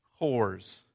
whores